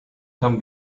can